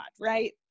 right